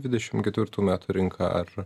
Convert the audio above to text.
dvidešimt ketvirtų metų rinką ar